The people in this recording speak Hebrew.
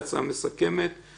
הממשלה תרצה להודיע שהיא מושכת אותו